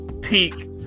peak